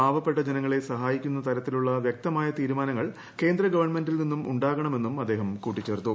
പാവപ്പെട്ട ജനങ്ങളെ സഹായിക്കുന്നതരത്തിലുള്ള വൃക്തമായ തീരുമാനങ്ങൾ കേന്ദ്ര ഗവൺമെന്റിൽ നിന്നുു് ഉണ്ടാകണം എന്നും അദ്ദേഹം കൂട്ടിച്ചേർത്തു